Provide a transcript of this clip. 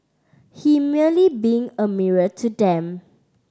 he merely being a mirror to them